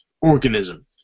organism